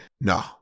no